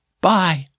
Bye